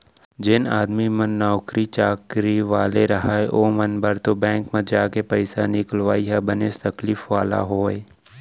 जेन आदमी मन नौकरी चाकरी वाले रहय ओमन बर तो बेंक म जाके पइसा निकलाई ह बनेच तकलीफ वाला होय